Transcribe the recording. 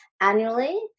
annually